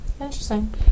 Interesting